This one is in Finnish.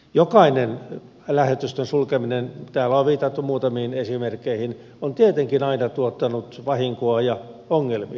jokainen lähetystön sulkeminen täällä on viitattu muutamiin esimerkkeihin on tietenkin aina tuottanut vahinkoa ja ongelmia